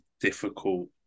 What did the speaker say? difficult